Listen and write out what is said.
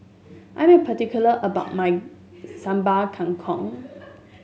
I am particular about my Sambal Kangkong